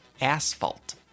asphalt